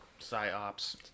PsyOps